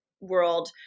World